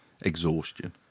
exhaustion